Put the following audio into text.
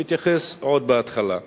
אני אתייחס בהתחלה.